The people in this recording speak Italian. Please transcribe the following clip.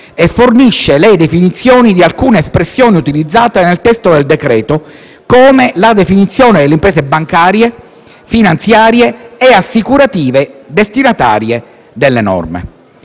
e fornisce le definizioni di alcune espressioni utilizzate nel testo del decreto-legge, come quella delle imprese bancarie, finanziarie e assicurative destinatarie delle norme.